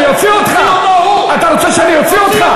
אני מתרה פעם אחרונה, אני לא רוצה להוציא אותך.